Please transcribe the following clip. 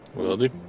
will do.